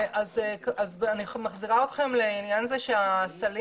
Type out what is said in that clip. אני מחזירה אתכם לעניין הזה שהסלים